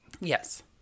yes